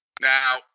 Now